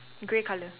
grey color